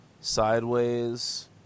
Sideways